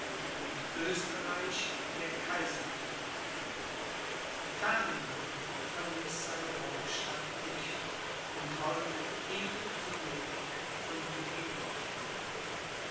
oesterreich der kaiserthron verloren ferdinand verließ seine hauptstadt nicht und wollte eben so wenig von bedingungen hören